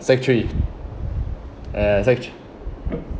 sec three ya sec three